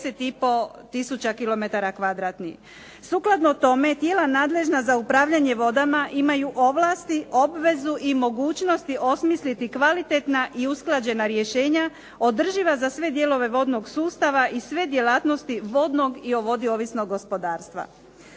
i po tisuća kilometara kvadratnih. Sukladno tome tijela nadležna za upravljanje vodama imaju ovlasti, obvezu, i mogućnosti osmisliti kvalitetna i usklađena rješenja održiva za sve dijelove vodnog sustava i sve djelatnosti vodnog i o vodi ovisnog gospodarstva.